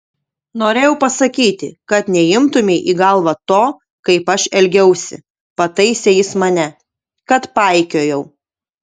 norėjau pasakyti kad neimtumei į galvą to kaip aš elgiausi pataisė jis mane kad paikiojau